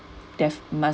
def~ must